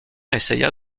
essaya